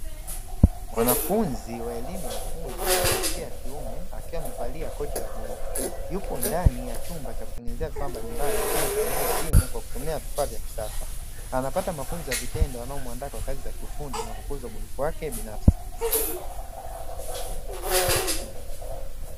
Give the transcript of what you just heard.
Mwanafunzi wa elimu ya ufundi wa jinsia ya kiume, akiwa amevalia koti la bluu, yupo ndani ya chumba cha kutengenezea vifaa mbalimbali, akiwa anatengeza simu kwa kutumia vifaa vya kisasa. Anapata mafunzo ya vitendo yanayomuandaa kwa kazi za ufundi na kukuza ubunifu wake binafsi.